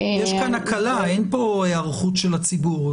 יש כאן הקלה, אין פה היערכות של הציבור.